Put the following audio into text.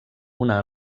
una